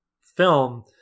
film